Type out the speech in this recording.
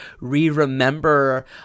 Re-remember